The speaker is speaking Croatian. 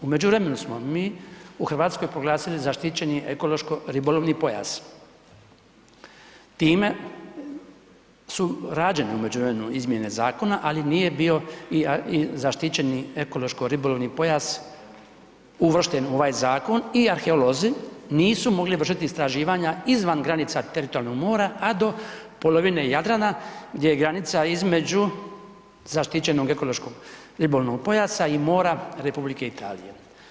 U međuvremenu smo mi u Hrvatskoj proglasili zaštićeni ekološko-ribolovni pojas, time su rađene u međuvremenu izmjene zakona, ali nije bio i zaštićeni ekološko-ribolovni pojas uvršten u ovaj zakon i arheolozi nisu mogli vršiti istraživanja izvan granica teritorijalnog mora a do polovine Jadrana gdje je granica između zaštićenog ekološkog-ribolovnog pojasa i mora Republike Italije.